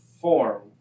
form